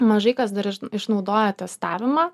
mažai kas dar ir išnaudoja testavimą